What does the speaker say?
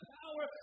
power